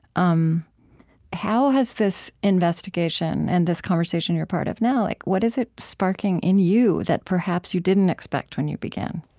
um how has this investigation and this conversation you're part of now, what is it sparking in you that perhaps you didn't expect when you began?